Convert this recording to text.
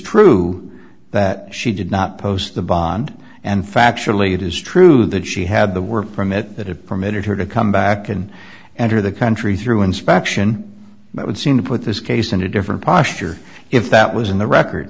true that she did not post the bond and factually it is true that she had the work permit that it permitted her to come back and enter the country through inspection but would seem to put this case in a different posture if that was in the record